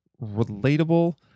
relatable